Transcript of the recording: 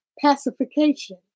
pacification